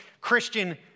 Christian